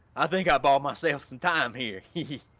i think i bought myself some time here, he